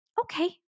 Okay